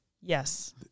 Yes